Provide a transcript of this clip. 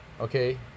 okay